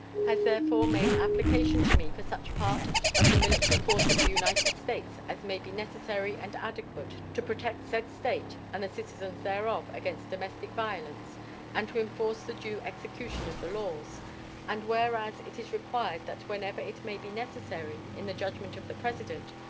has therefore made application to me for such part of the military force of the united states as may be necessary and adequate to protect said state and the citizens thereof against domestic violence and to enforce the due execution of the laws and whereas it is required that whenever it may be necessary, in the judgment of the president,